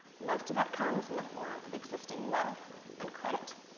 most of that comes in the form of existing wealth and credit.